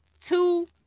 two